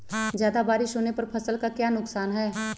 ज्यादा बारिस होने पर फसल का क्या नुकसान है?